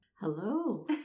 Hello